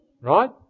Right